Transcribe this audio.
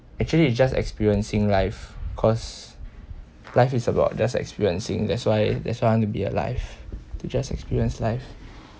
actually you just experiencing life cause life is about just experiencing that's why that's why I want to be alive to just experience life